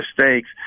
mistakes